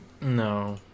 No